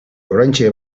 oraintxe